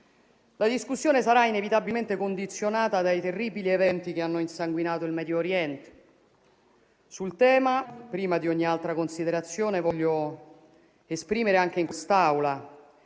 La discussione sarà inevitabilmente condizionata dai terribili eventi che hanno insanguinato il Medio Oriente. Sul tema, prima di ogni altra considerazione, desidero esprimere anche in quest'Aula